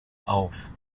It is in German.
auf